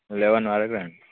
eleven వరకు రండి